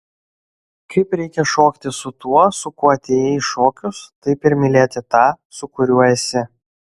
kaip reikia šokti su tuo su kuo atėjai į šokius taip ir mylėti tą su kuriuo esi